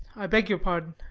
i beg your pardon,